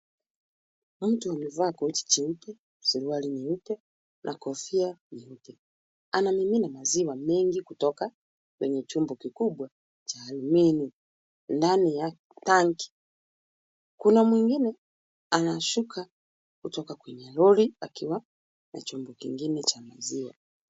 Mtu aliyevaa koti jeupe, suruali nyeupe na kofia nyeupe. Anamimina maziwa mengi kutoka kwenye chombo kikubwa cha alumini, ndani ya tanki. Kuna mwingine anashuka kutoka kwenye lori, akiwa na chombo kingine cha maziwa.